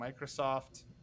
Microsoft